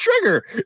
trigger